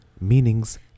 meanings